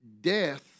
Death